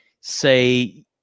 say